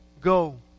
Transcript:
Go